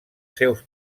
seus